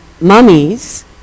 mummies